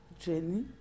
journey